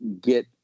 get